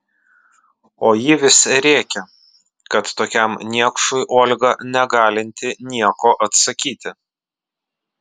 o ji vis rėkė kad tokiam niekšui olga negalinti nieko atsakyti